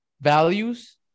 values